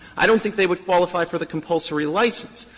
i don't think they would qualify for the compulsory license.